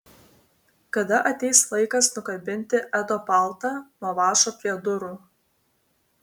kada ateis laikas nukabinti edo paltą nuo vąšo prie durų